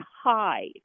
high